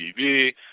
TV